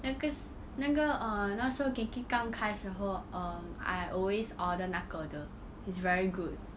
那个那个 uh 那个时候 Genki 刚开的时候 um I always order 那个的 it's very good